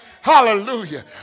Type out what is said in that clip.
Hallelujah